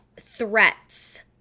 threats